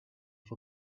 for